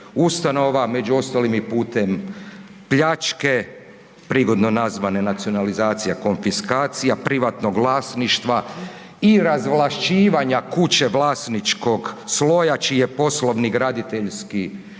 među ostalim i putem pljačke, prigodne nazvane nacionalizacija konfiskacija privatnog vlasništva i razvlašćivanja kuće vlasničkog sloja čiji je poslovni graditeljski i